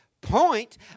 point